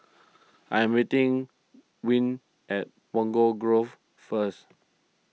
I am meeting Wm at Punggol Grove first